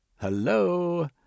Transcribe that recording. Hello